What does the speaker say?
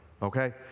Okay